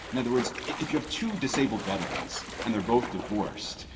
in other words, if you have two disabled veterans and they're both divorced,